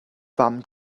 fam